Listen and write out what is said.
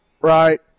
right